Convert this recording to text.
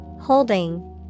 Holding